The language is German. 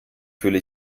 fühle